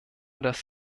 das